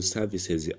Services